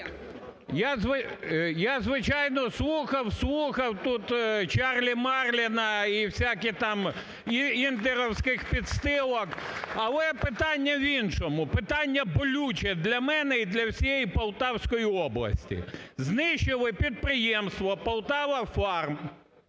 Я, звичайно, слухав-слухав тут "чарлі-марліна" і всяких там інтерівських підстилок. Але питання в іншому, питання болюче для мене і для всієї Полтавської області. Знищили підприємство "Полтавафарм",